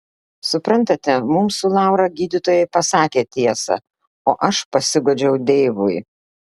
suprantate mums su laura gydytojai pasakė tiesą o aš pasiguodžiau deivui